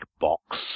box